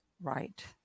Right